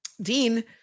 Dean